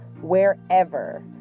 wherever